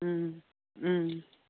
उम उम